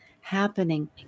happening